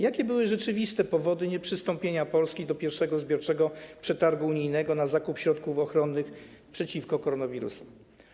Jakie były rzeczywiste powody nieprzystąpienia Polski do pierwszego zbiorczego przetargu unijnego na zakup środków ochrony przed koronawirusem?